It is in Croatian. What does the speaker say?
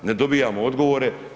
Ne dobivamo odgovore.